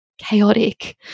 chaotic